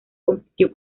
compitió